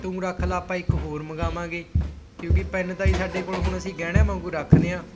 ਤੂੰ ਰੱਖ ਲਾ ਆਪਾਂ ਇੱਕ ਹੋਰ ਮੰਗਾਵਾਂਗੇ ਕਿਉਂਕਿ ਪੈੱਨ ਤਾਂ ਜੀ ਸਾਡੇ ਕੋਲ ਹੁਣ ਅਸੀਂ ਗਹਿਣਿਆਂ ਵਾਂਗੂ ਰੱਖਦੇ ਹਾਂ